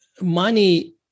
money